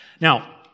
now